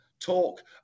talk